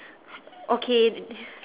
okay